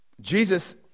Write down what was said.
Jesus